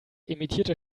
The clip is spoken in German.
emittierte